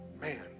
man